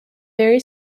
very